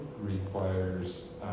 requires